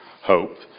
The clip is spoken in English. hope